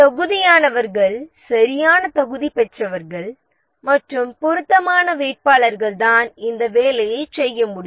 தகுதியானவர்கள் சரியான தகுதி பெற்றவர்கள் மற்றும் பொருத்தமான வேட்பாளர்கள் தான் இந்த வேலையைச் செய்ய முடியும்